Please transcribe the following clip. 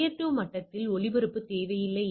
சோதனை புள்ளிவிவரங்கள் என்ன